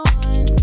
one